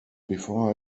before